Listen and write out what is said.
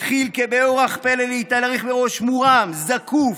התחיל כבאורח פלא להתהלך בראש מורם, זקוף,